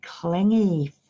clingy